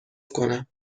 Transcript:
کنم